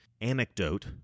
Anecdote